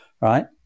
right